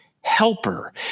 helper